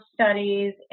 studies